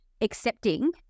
accepting